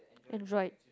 Android